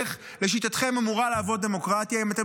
איך לשיטתכם אמורה לעבוד דמוקרטיה אם אתם